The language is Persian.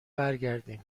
برگردین